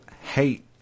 hate –